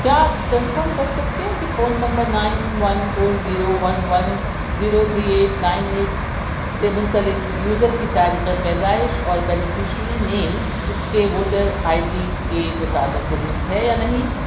کیا آپ کنفرم کر سکتے ہیں کہ phone number nine one four zero one one zero three eight nine eight سے منسلک یوزر کی تاریخ پیدائش اور بینیفیشری نیم اس کے ووٹر آئی ڈی کے مطابق درست ہے یا نہیں